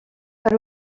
per